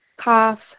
cough